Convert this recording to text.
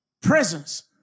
presence